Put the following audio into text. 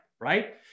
right